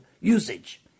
usage